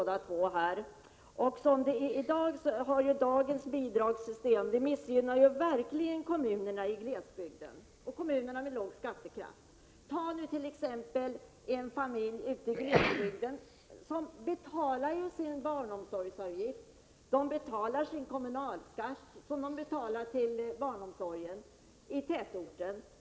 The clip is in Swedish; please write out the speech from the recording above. Dagens bidragssystem missgynnar verkligen kommunerna i glesbygden, kommunerna med låg skattekraft. Ta som exempel en familj ute i glesbygden. Den betalar ju sin barnomsorgsavgift även om den inte har tillgång till barnomsorg. Genom kommunalskatten betalar de till barnomsorgen i tätorten.